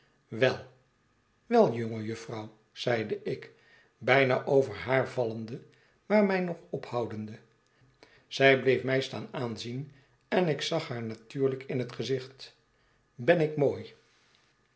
wel wel jonge jufvrouw zeide ik bijna over haar vallende maar mij nog ophoudende zij bleef mij staan aanzien en ik zag haar natuurlijk in het gezicht ben ik mooi